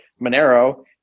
Monero